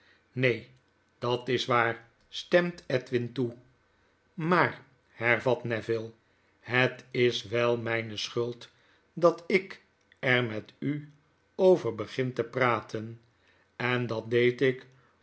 neen dat is waar stemt edwin toe maar hervat neville het is wel myne schuld dat ik er met u over begin te praten en dat deed ik